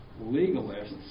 legalists